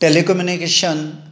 telecommunication